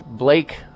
Blake